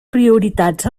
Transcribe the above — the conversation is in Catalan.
prioritats